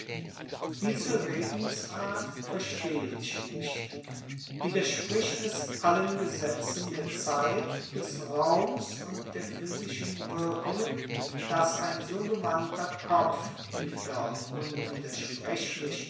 diese redensart verstehe ich nicht widerspricht es allen gesetzen der zeit des raums und der physischen wirkungen daß ein so gewandter kopf wie doch